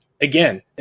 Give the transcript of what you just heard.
again